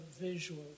visual